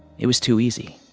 it was too easy.